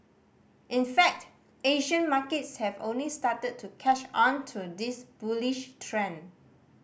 in fact Asian markets have only started to catch on to this bullish trend